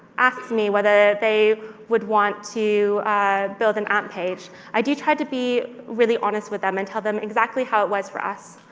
asks me whether they would want to build an amp page, i do try to be really honest with them and tell them exactly how it was for us.